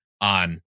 on